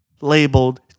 labeled